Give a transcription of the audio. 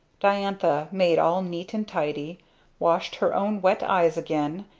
diantha made all neat and tidy washed her own wet eyes again,